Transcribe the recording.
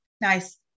nice